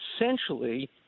essentially